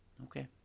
Okay